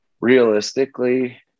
realistically